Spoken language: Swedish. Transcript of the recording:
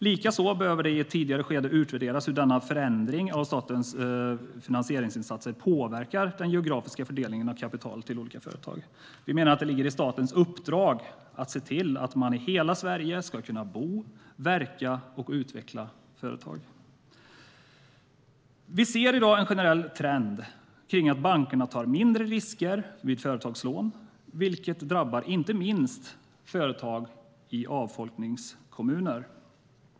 Likaså behöver det i ett tidigt skede utvärderas hur denna förändring av statens finansieringsinsatser påverkar den geografiska fördelningen av kapital till olika företag. Vi menar att det ligger i statens uppdrag att se till att man ska kunna bo, verka och utveckla företag i hela Sverige. Vi ser i dag en generell trend att bankerna tar mindre risker vid företagslån, vilket drabbar inte minst företag i avfolkningskommuner.